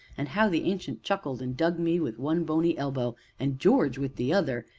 and how the ancient chuckled, and dug me with one bony elbow and george with the other,